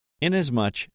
Inasmuch